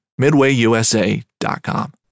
MidwayUSA.com